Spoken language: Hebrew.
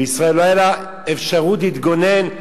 ולישראל לא היתה אפשרות להתגונן,